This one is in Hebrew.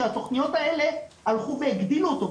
שהתוכניות האלה הלכו והגבילו אותו.